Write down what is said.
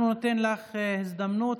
אנחנו ניתן לך הזדמנות,